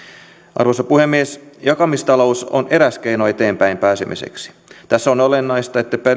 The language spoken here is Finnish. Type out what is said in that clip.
arvoisa puhemies jakamistalous on eräs keino eteenpäin pääsemiseksi tässä on olennaista että